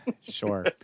Sure